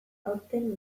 aurten